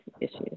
issues